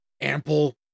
ample